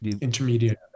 intermediate